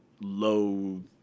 low